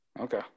okay